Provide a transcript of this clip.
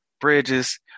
bridges